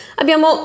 abbiamo